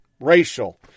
racial